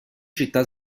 città